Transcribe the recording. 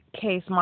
case